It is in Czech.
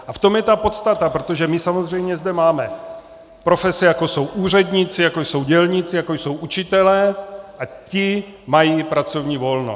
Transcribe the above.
A v tom je ta podstata, protože my samozřejmě zde máme profese, jako jsou úředníci, jako jsou dělníci, jako jsou učitelé, a ti mají pracovní volno.